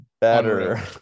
better